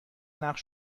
نقش